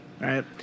right